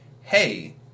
hey